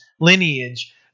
lineage